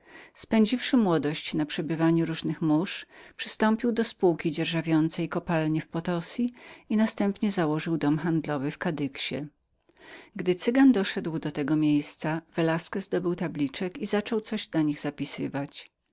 spędziwszy młodość na przebywaniu różnych mórz przystąpił w pewnej znacznej części do wyzyskiwania kopalń potozu i następnie założył dom handlowy w kadyxie gdy cygan doszedł do tego miejsca velasquez dobył tabliczek i zaczął coś na nich zapisywać